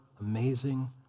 amazing